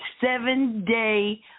seven-day